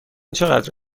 چقدر